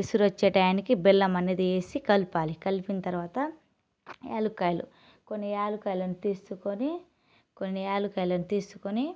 ఎసురు వచ్చే టయానికి బెల్లం అనేది వేసి కలపాలి కలిపిన తర్వాత యాలక్కాయలు కొన్ని యాలక్కాయలు తీసుకొని కొన్ని యాలుక్కాయలు తీసుకొని